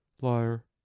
Liar